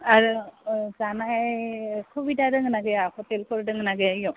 आरो जानाय सुबिदा दोङो ना गैया हटेलफोर दङ ना गैया इयाव